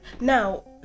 Now